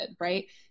right